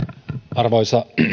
arvoisa